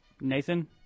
Nathan